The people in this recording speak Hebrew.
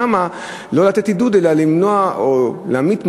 לא לתת עידוד אלא למנוע או להמעיט את